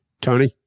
tony